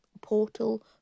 portal